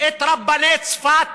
את רבני צפת